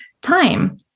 time